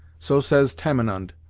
so says tamenund,